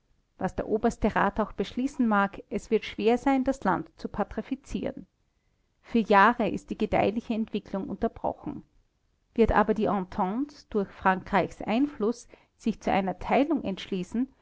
was der oberste rat auch beschließen mag es wird schwer sein das land zu pazifizieren für jahre ist die gedeihliche entwicklung unterbrochen wird aber die entente durch frankreichs einfluß sich zu einer teilung entschließen